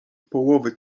połowy